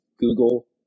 Google